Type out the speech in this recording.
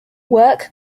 work